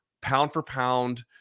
pound-for-pound